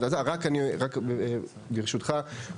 ברשותך,